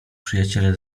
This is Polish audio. przyjaciele